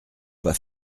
pas